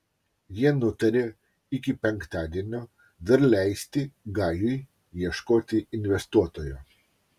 jie nutarė iki penktadienio dar leisti gajui ieškoti investuotojo